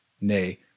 nay